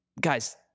guys